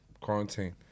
quarantine